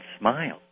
smile